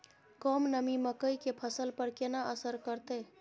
कम नमी मकई के फसल पर केना असर करतय?